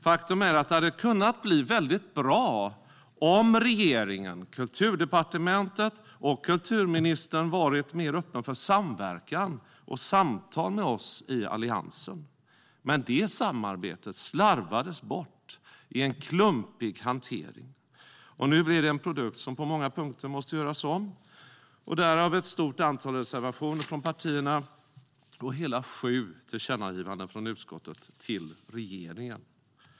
Faktum är att det hade kunnat bli väldigt bra om regeringen, Kulturdepartementet och kulturministern varit mer öppna för samverkan och samtal med oss i Alliansen. Men det samarbetet slarvades bort i en klumpig hantering. Nu blev det en produkt som på många punkter måste göras om - därav ett stort antal reservationer från partierna och förslag på hela sju tillkännagivanden till regeringen.